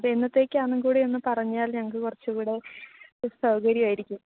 അത് എന്നത്തേണെക്കാന്നും കൂടി ഒന്നു പറഞ്ഞാൽ ഞങ്ങള്ക്കു കുറച്ചുകൂടെ സൗകര്യമായിരിക്കും